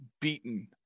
beaten